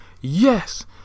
Yes